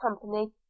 company